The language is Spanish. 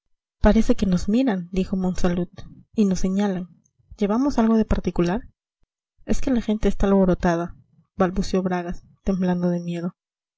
parece que nos miran dijo monsalud y nos señalan llevamos algo de particular es que la gente está alborotada balbució bragas temblando de miedo